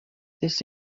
this